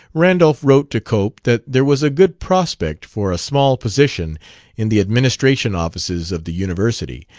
randolph wrote to cope that there was a good prospect for a small position in the administration offices of the university,